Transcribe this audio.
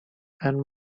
and